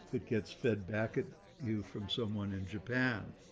it gets fed back at you from someone in japan.